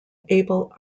abel